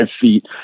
feet